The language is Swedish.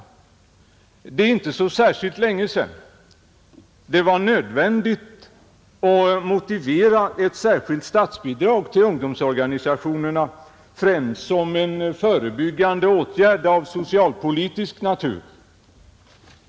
Det är inte så särskilt länge sedan det var nödvändigt att motivera ett särskilt statsbidrag till ungdomsorganisationerna främst som en förebyggande åtgärd av socialpolitisk natur.